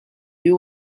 you